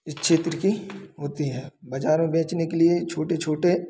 इस क्षेत्र कि होती है बाज़ार में बेचने के लिए छोटे छोटे